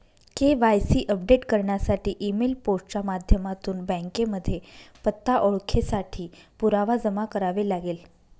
KYC update करण्यासाठी email, post च्या माध्यमातून बँकेमध्ये पत्ता, ओळखेसाठी पुरावा जमा करावे लागेल